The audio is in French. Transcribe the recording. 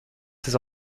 ses